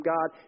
God